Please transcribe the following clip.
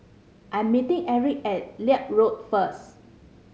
I'm meeting Erick at Leith Road first